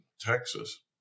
Texas